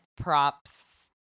props